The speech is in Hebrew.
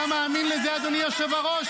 אתה מאמין לזה, אדוני היושב-ראש?